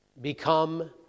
become